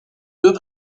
deux